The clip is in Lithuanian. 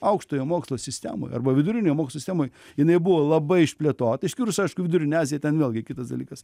aukštojo mokslo sistemoj arba vidurinio mokslo sistemoj jinai buvo labai išplėtota išskyrus aišku vidurinę aziją ten vėlgi kitas dalykas